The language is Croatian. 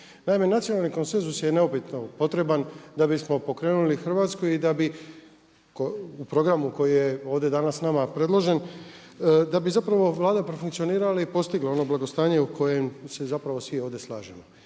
Naime, nacionalni konsenzus je neupitno potreban da bismo pokrenuli Hrvatsku i da bi u programu koji je ovdje danas nama predložen da bi zapravo Vlada profunkcionirala i postigla ono blagostanje u kojem se zapravo svi ovdje slažemo.